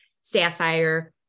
Sapphire